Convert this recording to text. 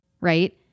right